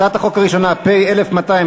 הצעת החוק הראשונה: פ/1200,